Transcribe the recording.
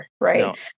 Right